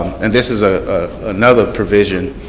and this is ah ah another provision,